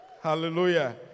Hallelujah